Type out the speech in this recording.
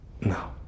No